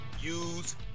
use